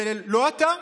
זה לא אתה?